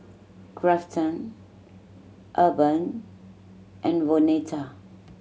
Grafton Urban and Vonetta